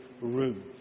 room